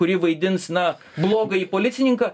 kuri vaidins na blogąjį policininką